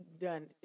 done